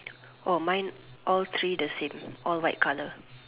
oh mine all three the same all white color